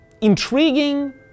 intriguing